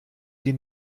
sie